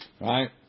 Right